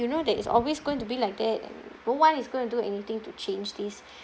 you know that it's always going to be like that no one is going to do anything to change this